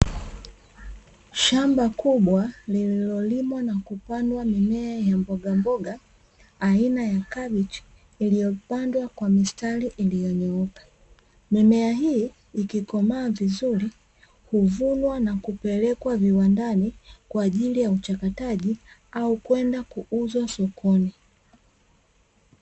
Shamba kubwa lililolimwa pamoja na kupanda mimea ya mbogamboga ikiwemo ya kabichi iliyopandwa kwa mistari iliyonyooka mimea hii ikikomaa vizuri uvunwa na kupelekwa viwandani kwaajili ya uchakataji au kwenda kuuza sokoni.